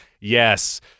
Yes